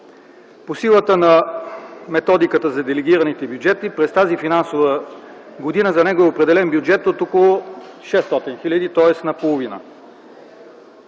По силата на методиката за делегираните бюджети през тази финансова година за него е определен бюджет от около 600 хил. лв., тоест наполовина.